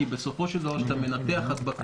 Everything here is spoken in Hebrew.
כי בסופו של דבר כאשר אתה מנתח הדבקות